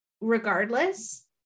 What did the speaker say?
regardless